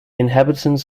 inhabitants